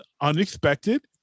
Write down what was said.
unexpected